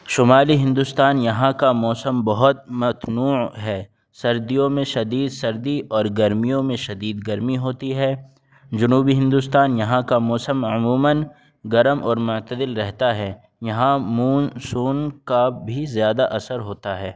شمالی ہندوستان یہاں کا موسم بہت متنوع ہے سردیوں میں شدید سردی اور گرمیوں میں شدید گرمی ہوتی ہے جنوبی ہندوستان یہاں کا موسم عموماً گرم اور معتدل رہتا ہے یہاں مونسون کا بھی بھی زیادہ اثر ہوتا ہے